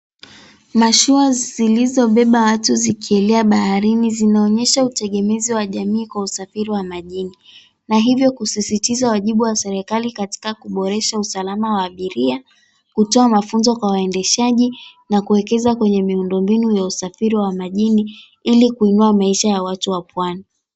Mashua zilizobeba watu zikielea baharini zinaonyesha utegemezi wa jamii kwa usafiri wa majini. Na hivyo kusisitiza wajibu wa serikali katika kuboresha usalama wa abiria, kutoa mafunzo kwa waendeshaji, na kuwekeza kwenye miundombinu ya usafiri wa majini, ili kuinua maisha ya watu wa pwani.